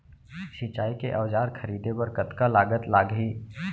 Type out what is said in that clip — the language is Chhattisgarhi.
सिंचाई के औजार खरीदे बर कतका लागत लागही?